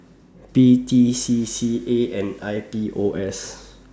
P T C C A and I P O S